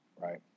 right